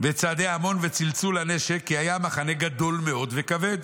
"וצעדי ההמון וצלצול הנשק כי היה המחנה גדול מאוד וכבד.